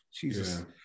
Jesus